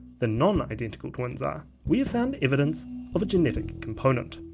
than non-identical twins are we have found evidence of a genetic component.